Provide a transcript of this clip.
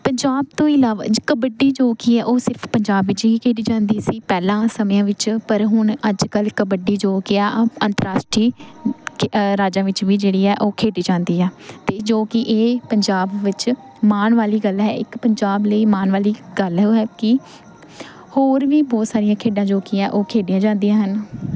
ਪੰਜਾਬ ਤੋਂ ਇਲਾਵਾ ਜ ਕਬੱਡੀ ਜੋ ਕਿ ਹੈ ਉਹ ਸਿਰਫ ਪੰਜਾਬ ਵਿੱਚ ਹੀ ਖੇਡੀ ਜਾਂਦੀ ਸੀ ਪਹਿਲਾਂ ਸਮਿਆਂ ਵਿੱਚ ਪਰ ਹੁਣ ਅੱਜ ਕੱਲ੍ਹ ਕਬੱਡੀ ਜੋ ਕਿ ਆ ਅੰਤਰਰਾਸ਼ਟਰੀ ਰਾਜਾਂ ਵਿੱਚ ਵੀ ਜਿਹੜੀ ਹੈ ਉਹ ਖੇਡੀ ਜਾਂਦੀ ਆ ਅਤੇ ਜੋ ਕਿ ਇਹ ਪੰਜਾਬ ਵਿੱਚ ਮਾਣ ਵਾਲੀ ਗੱਲ ਹੈ ਇੱਕ ਪੰਜਾਬ ਲਈ ਮਾਣ ਵਾਲੀ ਗੱਲ ਹੈ ਉਹ ਹੈ ਕਿ ਹੋਰ ਵੀ ਬਹੁਤ ਸਾਰੀਆਂ ਖੇਡਾਂ ਜੋ ਕਿ ਹੈ ਉਹ ਖੇਡੀਆਂ ਜਾਂਦੀਆਂ ਹਨ